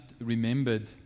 remembered